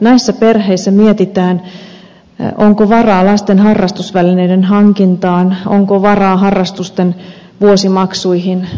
näissä perheissä mietitään onko varaa lasten harrastusvälineiden hankintaan onko varaa harrastusten vuosimaksuihin